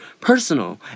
personal